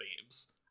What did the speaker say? themes